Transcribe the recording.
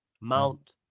Mount